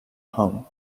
home